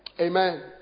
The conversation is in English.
Amen